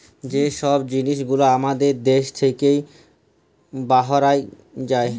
যে ছব জিলিস গুলা আমাদের দ্যাশ থ্যাইকে বাহরাঁয় যায়